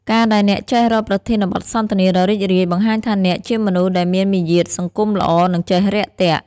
ការដែលអ្នកចេះរកប្រធានបទសន្ទនាដ៏រីករាយ បង្ហាញថាអ្នកជាមនុស្សដែលមានមារយាទសង្គមល្អ និងចេះរាក់ទាក់។